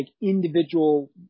individual